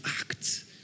act